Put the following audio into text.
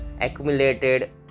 accumulated